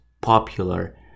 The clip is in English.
popular